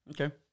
Okay